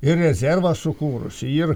ir rezervą sukūrusi ir